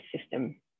system